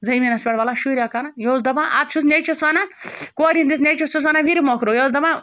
زٔمیٖنَس پٮ۪ٹھ وَلہ شُرۍ ہا کَرَن یہِ اوس دَپان اَدٕ چھُس نیٚچوِس وَنان کورِ ہِنٛدِس نیٚچوِس چھُس وَنان وِرِمۄکھ رُو یہِ اوس دَپان